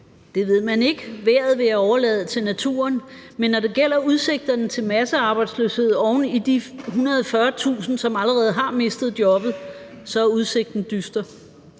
Det ved man ikke. Vejret vil jeg overlade til naturen, men når det gælder udsigterne til massearbejdsløshed oven i de 140.000, som allerede har mistet jobbet, så er udsigten dyster.